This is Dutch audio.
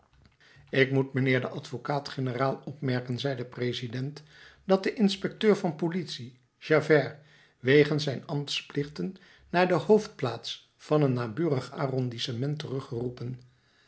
ik moet mijnheer den advocaat-generaal opmerken zei de president dat de inspecteur van politie javert wegens zijn ambtsplichten naar de hoofdplaats van een naburig arrondissement